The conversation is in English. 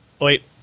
Wait